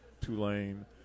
Tulane